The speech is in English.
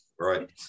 Right